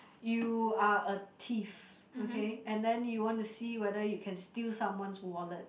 you are a thief okay and then you wanna see whether you can steal someone's wallet